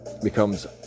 becomes